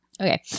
Okay